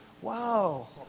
Wow